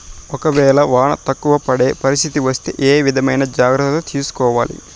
ఒక వేళ వాన తక్కువ పడే పరిస్థితి వస్తే ఏ విధమైన జాగ్రత్తలు తీసుకోవాలి?